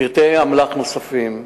פרטי אמל"ח נוספים.